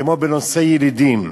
כמו בנושא ילידים,